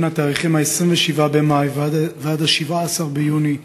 בין התאריכים 27 במאי ו-17 ביוני,